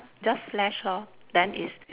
just slash lor then it's